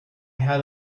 had